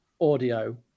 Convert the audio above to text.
Audio